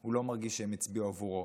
הוא לא מרגיש שהם הצביעו עבורו,